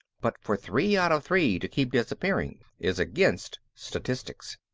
but for three out of three to keep disappearing is against statistics.